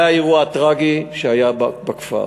זה האירוע הטרגי שהיה בכפר.